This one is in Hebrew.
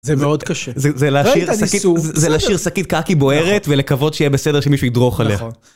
זה מאוד קשה. זה להשאיר שקית קקי בוערת, ולקוות שיהיה בסדר שמישהו ידרוך עליה.